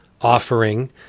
offering